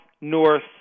north